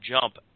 jump